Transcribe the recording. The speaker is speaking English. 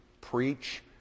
Preach